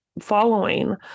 following